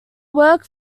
work